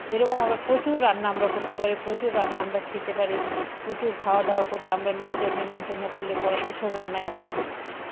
এরকম আমরা প্রচুর রান্না আমরা করতে পারি প্রচুর রান্না আমরা খেতে পারি প্রচুর খাওয়া দাওয়া করি আমরা লোকজন নিমন্ত্রন্ন করলে পরে এসব রান্নাই আমরা করি